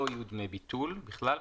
לא יהיו דמי ביטול בכלל,